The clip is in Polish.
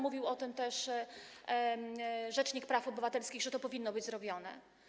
Mówił o tym też rzecznik praw obywatelskich, że to powinno być zrobione.